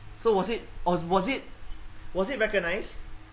so was it or was it was it recognised